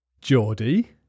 Geordie